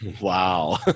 wow